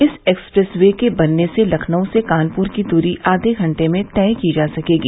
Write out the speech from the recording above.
इस expressway के बनने से लखनऊ से कानपुर की दूरी आधे घण्टे में तय की जा सकेगी